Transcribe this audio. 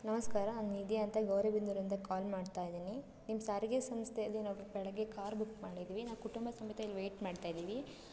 ನಮಸ್ಕಾರ ನಾನು ನಿಧಿ ಅಂತ ಗೌರಿಬಿದನೂರಿಂದ ಕಾಲ್ ಮಾಡ್ತಾ ಇದ್ದೀನಿ ನಿಮ್ಮ ಸಾರಿಗೆ ಸಂಸ್ಥೆಯಲ್ಲಿ ನಾವು ಬೆಳಿಗ್ಗೆ ಕಾರ್ ಬುಕ್ ಮಾಡಿದ್ವಿ ನಾವು ಕುಟುಂಬ ಸಮೇತ ಇಲ್ಲಿ ವೇಯ್ಟ್ ಮಾಡ್ತಾ ಇದ್ದೀವಿ